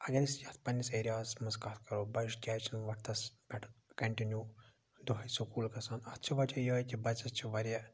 اَگر أسۍ یَتھ پنٛنِس ایریاہَس منٛز کَتھ کرو بَچہٕ کیٛازِ چھِنہٕ وَقتَس پٮ۪ٹھ کنٛٹِنیوٗ دۄہَے سکوٗل گَژھان اَتھ چھِ وَجہ یِہوٚے کہِ بَچَس چھِ واریاہ